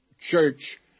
church